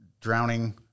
drowning